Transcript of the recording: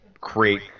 create